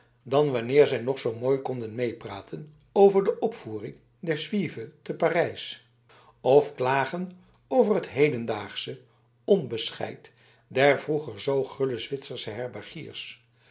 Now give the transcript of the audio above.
dan wanneer zij nog zoo mooi konden meepraten over de opvoering der juive te parijs of klagen over het hedendaagsche onderscheid der vroeger zoo gulle zwitsersche herbergiers